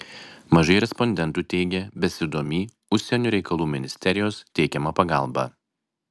mažai respondentų teigė besidomį užsienio reikalų ministerijos teikiama pagalba